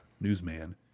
newsman